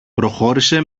προχώρησε